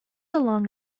along